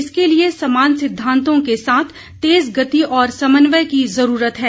इसके लिये समान सिद्वांतों के साथ तेज गति और समन्वय की जरूरत है